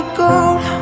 gold